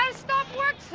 um stop work soon.